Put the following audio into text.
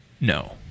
no